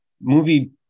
movie